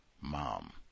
mom